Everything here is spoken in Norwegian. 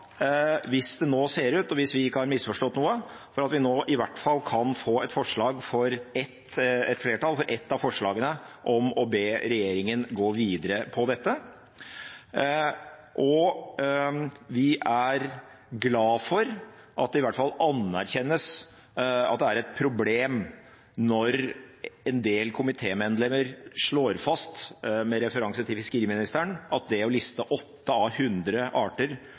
hvis vi ikke har misforstått noe – at vi nå i hvert fall kan få flertall for ett av forslagene, om å be regjeringen gå videre på dette. Vi er glad for at det i hvert fall anerkjennes at det er et problem når, som en del komitémedlemmer slår fast med referanse til fiskeriministeren, det å liste åtte av hundre arter